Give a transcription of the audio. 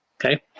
Okay